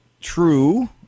true